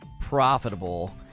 profitable